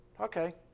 Okay